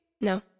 No